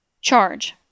Charge